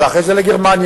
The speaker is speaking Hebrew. ואחרי זה לגרמניה,